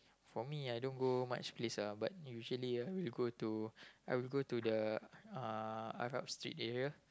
for me I don't go much place lah but usually I would go to I would go to the uh arab Street area